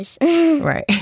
Right